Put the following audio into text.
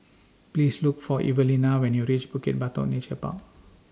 Please Look For Evelina when YOU REACH Bukit Batok Nature Park